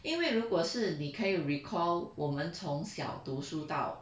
因为如果是你可以 recall 我们从小读书到